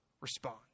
respond